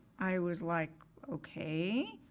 i was like okay.